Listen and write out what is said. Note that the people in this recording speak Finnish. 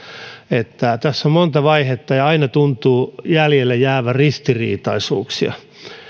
tässä on monta vaihetta ja aina tuntuu jäljelle jäävän ristiriitaisuuksia